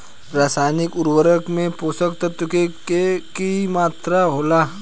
रसायनिक उर्वरक में पोषक तत्व के की मात्रा होला?